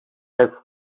has